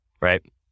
right